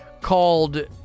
called